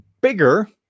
bigger